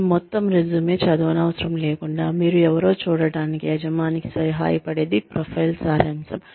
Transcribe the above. మీ మొత్తం రెజుమే చదవనవసరము లేకుండా మీరు ఎవరో చూడటానికి యజమానికి సహాయపడేది ప్రొఫైల్ సారాంశం